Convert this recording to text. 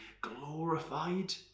glorified